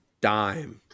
dime